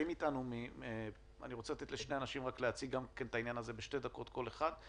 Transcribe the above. אני רוצה לתת לשני אנשים להציג את הנושא הזה בשתי דקות כל אחד.